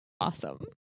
Awesome